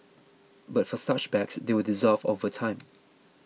but for starch bags they will dissolve over time